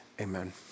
Amen